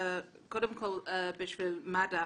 מד"א.